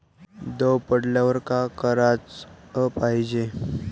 दव पडल्यावर का कराच पायजे?